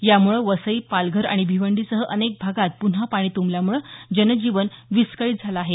या मुळे वसई पालघर आणि भिवंडीसह अनेक भागांत पुन्हा पाणी तुंबल्यामुळे जनजीवन विस्कळीत झालं आहे